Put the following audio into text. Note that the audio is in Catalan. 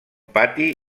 pati